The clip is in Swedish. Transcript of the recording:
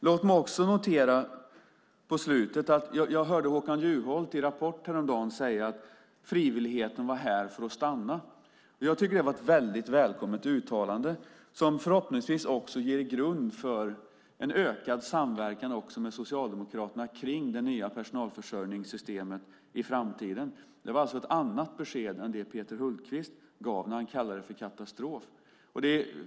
Jag hörde häromdagen Håkan Juholt säga i Rapport att frivilligheten var här för att stanna. Jag tycker att det var ett väldigt välkommet uttalande som förhoppningsvis ger grund för en ökad samverkan också med Socialdemokraterna kring det nya personalförsörjningssystemet i framtiden. Det var alltså ett annat besked än det Peter Hultqvist gav när han kallade det katastrof.